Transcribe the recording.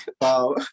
wow